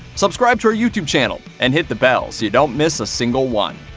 subscribe to our youtube channel and hit the bell so you don't miss a single one.